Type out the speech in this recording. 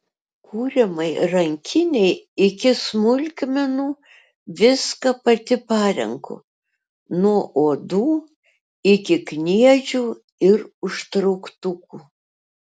kuriamai rankinei iki smulkmenų viską pati parenku nuo odų iki kniedžių ir užtrauktukų